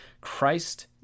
Christ